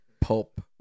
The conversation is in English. pulp